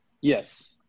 yes